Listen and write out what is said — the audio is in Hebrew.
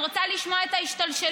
את רוצה לשמוע את ההשתלשלות?